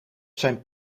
zijn